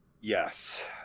Yes